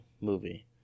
movie